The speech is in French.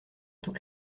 toute